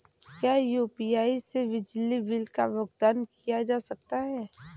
क्या यू.पी.आई से बिजली बिल का भुगतान किया जा सकता है?